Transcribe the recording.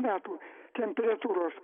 metų temperatūros